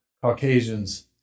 Caucasians